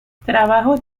trabajos